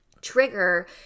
trigger